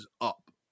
up